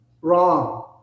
wrong